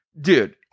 Dude